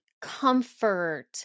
comfort